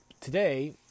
today